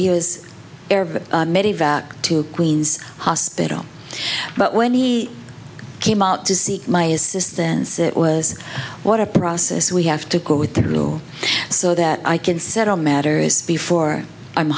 years to queens hospital but when he came out to seek my assistance it was what a process we have to go through so that i can settle matters before i'm